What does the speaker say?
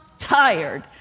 tired